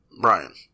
Brian